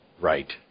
Right